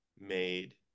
made